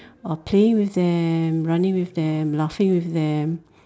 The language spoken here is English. I'll play with them running with them laughing with them